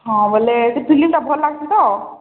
ହଁ ବୋଇଲେ ଏଠି ଫିଲିମଟା ଭଲ ଲାଗ୍ସି ତ